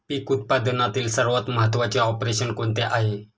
पीक उत्पादनातील सर्वात महत्त्वाचे ऑपरेशन कोणते आहे?